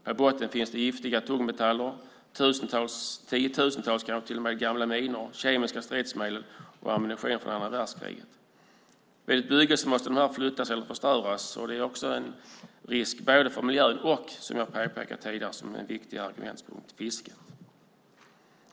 På botten finns det giftiga tungmetaller, kanske tiotusentals gamla minor, kemiska stridsmedel och ammunition från andra världskriget. Vid bygget måste dessa flyttas eller förstöras. Det är också en risk för miljön och - vilket som jag påpekade tidigare är ett viktigt argument - för fisket.